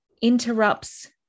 interrupts